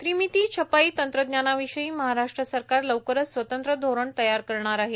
त्रिमीती छपाई तंत्रज्ञानाविषयी महाराष्ट्र सरकार लवकरच स्वतंत्र धोरण तयार करणार आहे